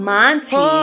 Monty